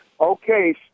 Okay